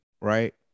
right